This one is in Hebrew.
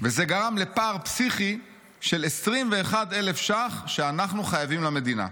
וזה גרם לפער פסיכי של 21,000 ש"ח שאנחנו חייבים למדינה.